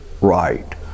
right